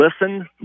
listen